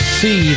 see